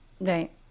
Right